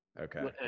Okay